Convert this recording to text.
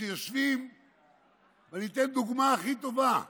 אתן את הדוגמה הכי טובה.